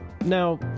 now